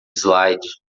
slide